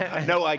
i so like